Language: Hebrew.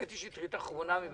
קטי שטרית אחרונה.